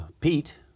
Pete